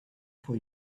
for